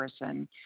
person